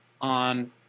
on